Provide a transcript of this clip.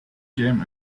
game